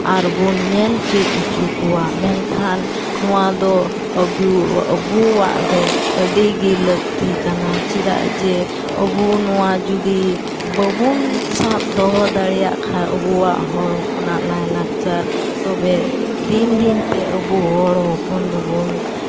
ᱟᱨᱵᱚᱱ ᱧᱮᱞ ᱪᱮᱫ ᱦᱚᱪᱚ ᱠᱚᱣᱟ ᱢᱮᱱᱠᱷᱟᱱ ᱱᱚᱣᱟᱫᱚ ᱟᱵᱚᱣᱟᱜ ᱫᱚ ᱟᱹᱰᱤ ᱜᱮ ᱞᱟᱹᱠᱛᱤ ᱠᱟᱱᱟ ᱪᱮᱫᱟᱜ ᱡᱮ ᱟᱵᱚ ᱱᱚᱣᱟ ᱡᱩᱫᱤ ᱵᱟᱵᱚᱱ ᱥᱟᱵ ᱫᱚᱦᱚ ᱫᱟᱲᱮᱭᱟᱜ ᱠᱷᱟᱱ ᱟᱵᱚᱣᱟᱜ ᱦᱚᱲ ᱦᱚᱯᱚᱱᱟᱜ ᱞᱟᱭᱼᱞᱟᱠᱪᱟᱨ ᱛᱚᱵᱮ ᱫᱤᱱ ᱫᱤᱱᱛᱮ ᱟᱵᱚ ᱦᱚᱲ ᱦᱚᱯᱚᱱ ᱫᱚᱵᱚᱱ